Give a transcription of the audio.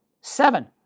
seven